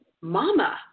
mama